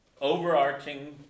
overarching